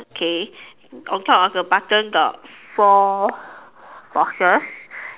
okay on top of the button got four boxes